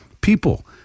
people